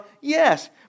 yes